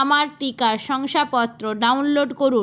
আমার টিকা শংসাপত্র ডাউনলোড করুন